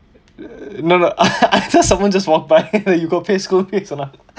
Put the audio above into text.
no no someone just walked by you got pay school fees or not